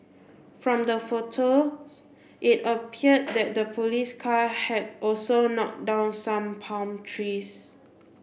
from the photos it appeared that the police car had also knocked down some palm trees